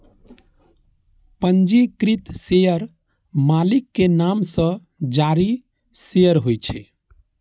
पंजीकृत शेयर मालिक के नाम सं जारी शेयर होइ छै